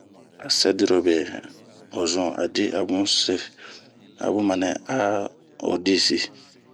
A sɛɛ dirobe o zun abun see, a bun ma nɛ a o disii.